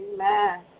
Amen